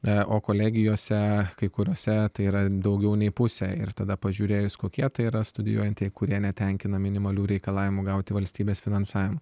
na o kolegijose kai kuriose tai yra daugiau nei pusę ir tada pažiūrėjus kokie tai yra studijuojantieji kurie netenkina minimalių reikalavimų gauti valstybės finansavimą